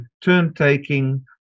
turn-taking